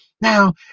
Now